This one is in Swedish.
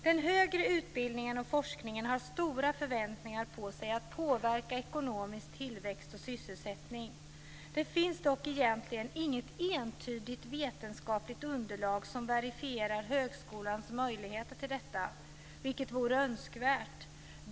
Den högre utbildningen och forskningen har stora förväntningar på sig att påverka ekonomisk tillväxt och sysselsättning. Det finns dock egentligen inget entydigt vetenskapligt underlag som verifierar högskolans möjligheter till detta, vilket vore önskvärt.